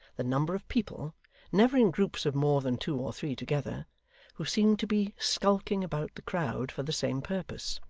the number of people never in groups of more than two or three together who seemed to be skulking about the crowd for the same purpose.